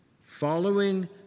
Following